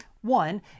One